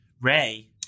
Ray